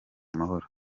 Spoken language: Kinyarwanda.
amahoro